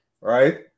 right